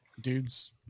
dude's